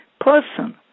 person